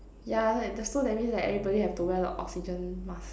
yeah so that means that everybody have to wear the oxygen mask